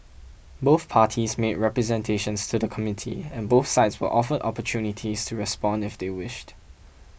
both parties made representations to the Committee and both sides were offered opportunities to respond if they wished